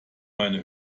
meine